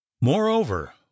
moreover